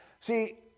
See